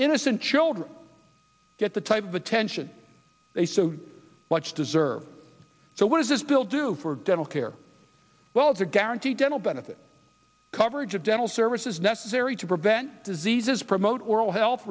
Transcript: innocent children get the type of attention they so much deserve so what does this bill do for dental care well to guarantee dental benefits coverage of dental services necessary to prevent diseases promote oral he